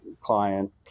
client